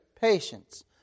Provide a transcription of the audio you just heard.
patience